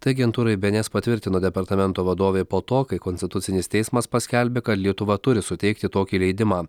tai agentūrai bė ėn es patvirtino departamento vadovė po to kai konstitucinis teismas paskelbė kad lietuva turi suteikti tokį leidimą